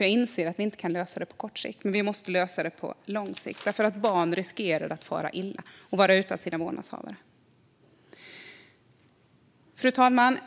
Jag inser att vi inte kan lösa det på kort sikt, men vi måste lösa det på lång sikt därför att barn riskerar att fara illa och bli utan sina vårdnadshavare. Fru talman!